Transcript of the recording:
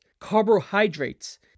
carbohydrates